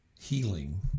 healing